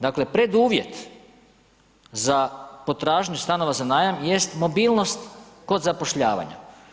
Dakle preduvjet za potražnju stanova za najam jest mobilnost kod zapošljavanja.